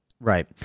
Right